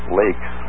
lakes